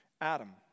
Adam